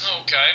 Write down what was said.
Okay